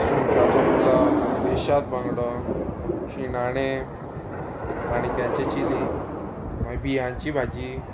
सुंगटांचो पुलाव रेशाद बांगडो शिणांणे माणक्यांचें चिली मागीर बियांची भाजी